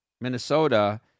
Minnesota